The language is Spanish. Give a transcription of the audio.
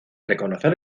reconocer